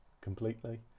completely